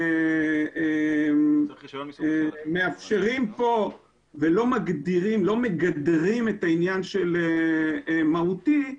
ברגע שמאפשרים כאן ולא מגדרים את העניין של מהותי,